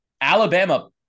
Alabama